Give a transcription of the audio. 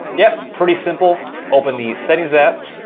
yep, pretty simple open the settings app.